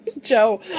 Joe